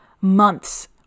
months